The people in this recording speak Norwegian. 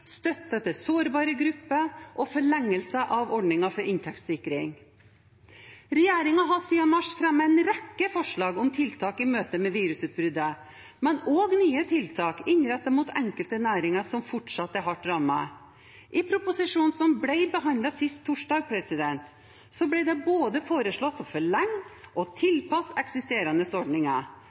støtte til sårbare grupper og forlengelse av ordninger for inntektssikring. Regjeringen har siden mars fremmet en rekke forslag om tiltak i møte med virusutbruddet, men også nye tiltak innrettet mot enkelte næringer som fortsatt er hardt rammet. I proposisjonen som ble behandlet sist torsdag, ble det foreslått både å forlenge og å tilpasse eksisterende ordninger,